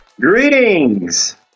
greetings